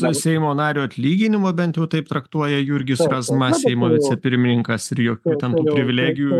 seimo nario atlyginimo bent jau taip traktuoja jurgis razma seimo vicepirmininkas ir jokių ten tų privilegijų